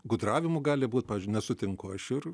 gudravimu gali būti pavyzdžiui nesutinku aš ir